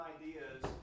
ideas